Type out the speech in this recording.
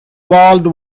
world